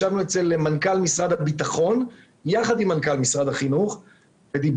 ישבנו אצל מנכ"ל משרד הביטחון יחד עם מנכ"ל משרד החינוך ודיברנו